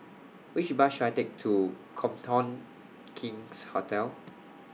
Which Bus should I Take to Copthorne King's Hotel